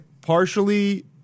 partially